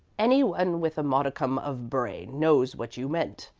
any one with a modicum of brain knows what you meant,